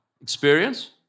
experience